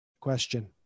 question